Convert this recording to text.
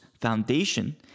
foundation